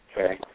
okay